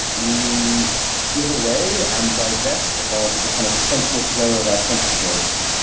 we give away and divest of the kind of central flow of our consciousness,